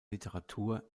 literatur